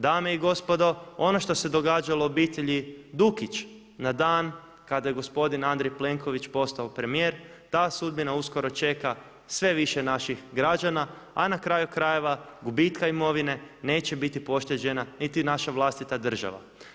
Dame i gospodo, ono što se događalo obitelji Dukić na dan kada je gospodin Andrej Plenković postao premijer, ta sudbina uskoro čeka sve više naših građana, a na kraju krajeva gubitka imovine neće biti pošteđena niti naša vlastita država.